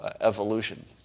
evolution